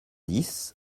dix